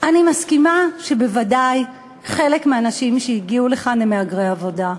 אני מסכימה שבוודאי חלק מהאנשים שהגיעו לכאן הם מהגרי עבודה.